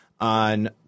on